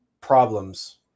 problems